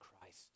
Christ